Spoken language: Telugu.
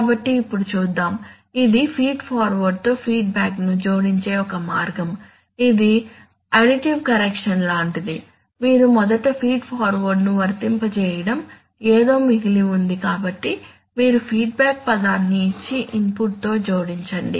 కాబట్టి ఇప్పుడు చూద్దాం ఇది ఫీడ్ ఫార్వర్డ్తో ఫీడ్బ్యాక్ను జోడించే ఒక మార్గం ఇది అడిటివ్ కరెక్షన్ లాంటిది మీరు మొదట ఫీడ్ ఫార్వార్డ్ను వర్తింపజేయడం ఏదో మిగిలి ఉంది కాబట్టి మీరు ఫీడ్బ్యాక్ పదాన్ని ఇచ్చి ఇన్పుట్తో జోడించండి